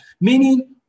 meaning